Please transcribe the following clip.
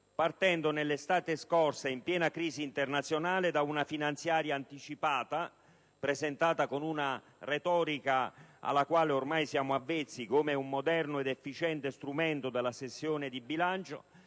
partendo dall'estate scorsa, in piena crisi internazionale, da una finanziaria anticipata e presentata, con una retorica alla quale ormai siamo avvezzi, come un moderno ed efficiente strumento della sessione di bilancio,